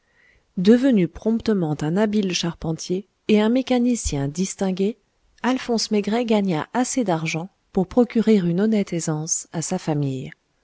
devenu promptement un habile charpentier et un mécanicien distingué alphonse maigret gagna assez d'argent pour procurer une honnête aisance à sa famille